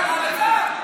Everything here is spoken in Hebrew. אלעזר שטרן,